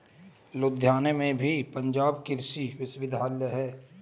लुधियाना में भी पंजाब कृषि विश्वविद्यालय है